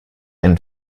ein